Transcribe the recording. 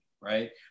right